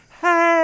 hey